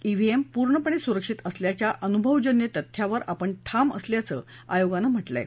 डेहीएम पूर्णपणे सुरक्षित असल्याच्या अनुभवजन्य तथ्यावर आपण ठाम असल्याचं आयोगानं म्हटलं आहे